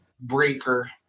Breaker